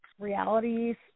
realities